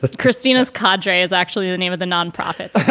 but christina's cordray is actually the name of the nonprofit